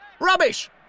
Rubbish